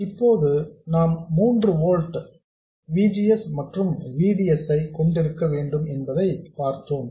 இப்போது நாம் 3 volts V G S மற்றும் V D S ஐ கொண்டிருக்க வேண்டும் என்பதை பார்த்தோம்